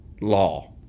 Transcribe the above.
law